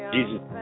Jesus